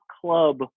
Club